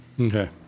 Okay